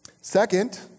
Second